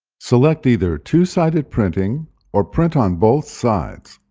select either two-sided printing or print on both sides.